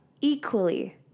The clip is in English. equally